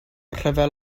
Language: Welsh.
rhyfel